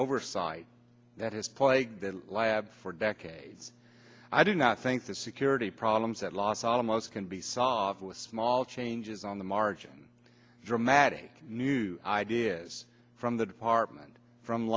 oversight that has plagued the lab for decades i do not think the security problems at los alamos can be solved with small changes on the margin dramatic new ideas from the department from